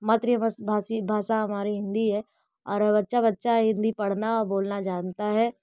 मातृ भाषा हमारी हिन्दी है और बच्चा बच्चा हिन्दी पढ़ना और बोलना जानता है